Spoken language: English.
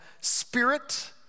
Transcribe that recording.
spirit